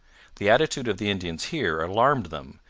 the attitude of the indians here alarmed them,